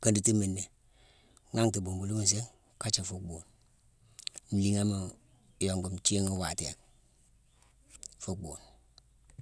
kadatimu nnéé, nhanghti bombuluma nsiigh kajé fuu bhuune. Nlighamaa iyongu nthii waatéék, fuu bhuune.